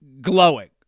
glowing